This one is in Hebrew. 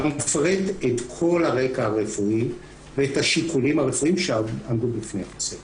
--- את כל הרקע הרפואי ואת השיקולים הרפואיים שעמדו בפני הצוות.